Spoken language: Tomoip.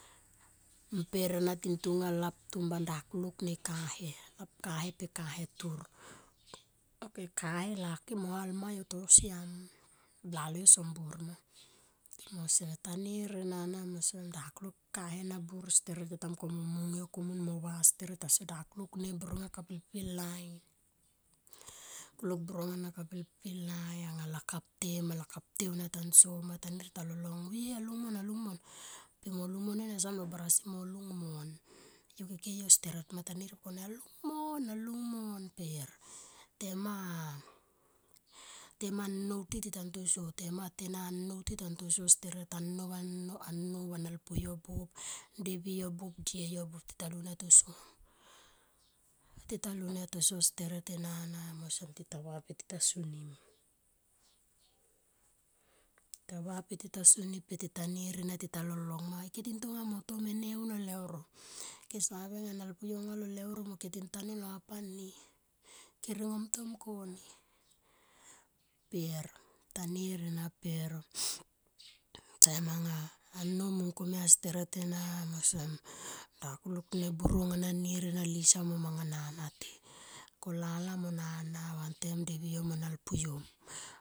Mper ana tintonga lap tumban dakulik ne kahe pe kahe tur ok kahe lucky mo halmayo tosiam blaloyo som buor ma em osem yotanirenana osem dakulik kahe na buor steret yo mungkone mo mung yo komun mova steret yotasone dakulik burong ana ka pilpilai kulik burong ana ka pilpilai anga lakap tema lakap te ma aunia taso yotanir ena taldong re a lungmon pe ma lungmonena siam ma barasi mo lungmon yokekeyo steret mo tanir ta mungkene alungmon alungmon per tema nou ti ta ntoso tema tena nou ti ta ntoso o teret anou nalpuyo buop devi yo buop die yo buop tita lunia toso tilalu unia ttosso steret enana em osem, tita ra pe tita sonin titava per tita sonim per tita nir enana pe tita lolong ma ke tintonga mo to mene aun lo leuro ke save anga nalpu yo nenga lo leuro mo ke tintanun lon hap ani ke ringomtom kone per tanir ena per taim anga a nou mungkemia steret ena em osem dakulik ne burong ana nir ena lisa ma manga a nana ti kolala mo nana wantem devi yo mo nalpuyo.